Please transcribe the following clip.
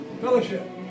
Fellowship